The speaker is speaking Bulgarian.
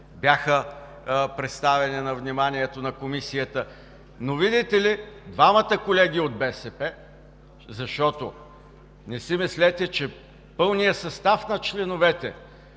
бяха представени на вниманието на Комисията, но, видите ли, двамата колеги от БСП – не си мислете, че пълният състав на членовете